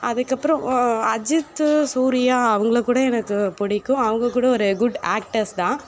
அதுக்கப்புறம் அஜித் சூர்யா அவங்களைக்கூட எனக்கு பிடிக்கும் அவங்கக்கூட ஒரு குட் ஆக்டர்ஸ் தான்